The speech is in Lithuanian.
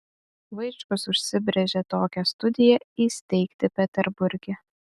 vaičkus užsibrėžė tokią studiją įsteigti peterburge